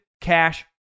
Cash